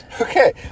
Okay